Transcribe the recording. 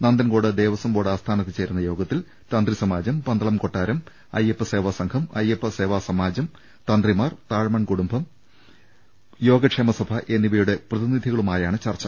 Nanthancode Devaswom board ആസ്ഥാനത്ത് ചേരുന്ന യോഗത്തിൽ തന്ത്രി സമാജം പന്തളം കൊട്ടാരം അയ്യപ്പ സേവാ സംഘം അയ്യപ്പ സേവാ സമാജം തന്ത്രിമാർ താഴ്മൺ കൂടുംബം യോഗ ക്ഷേമ സഭ എന്നിവയുടെ പ്രതിനിധികളുമായാണ് ചർച്ച